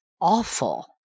awful